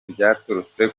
byaturutse